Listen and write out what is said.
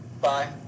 bye